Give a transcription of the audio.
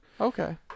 Okay